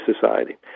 society